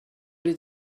les